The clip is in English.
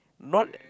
not